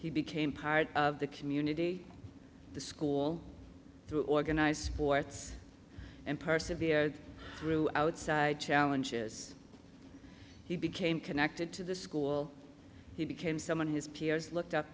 he became part of the community the school through organized sports and persevered through outside challenges he became connected to the school he became someone his peers looked up